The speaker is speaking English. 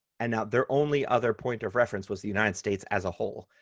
and now their only other point of reference was the united states as a whole,